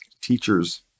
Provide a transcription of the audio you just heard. teachers